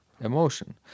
emotion